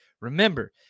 Remember